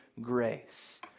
grace